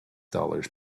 dollars